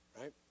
Right